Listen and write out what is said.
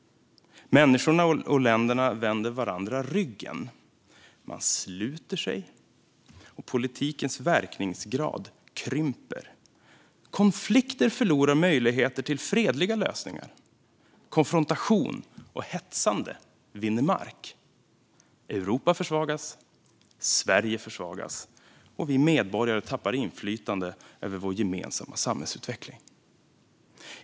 Människorna och länderna vänder varandra ryggen. De sluter sig. Politikens verkningsgrad krymper. Konflikter förlorar möjligheter till fredliga lösningar. Konfrontation och hetsande vinner mark. Europa försvagas, Sverige försvagas och vi medborgare tappar inflytande över vår gemensamma samhällsutveckling.